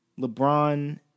LeBron